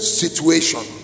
situation